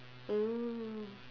mm